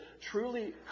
truly